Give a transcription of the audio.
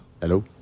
Hello